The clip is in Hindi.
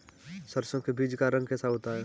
सरसों के बीज का रंग कैसा होता है?